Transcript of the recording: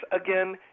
again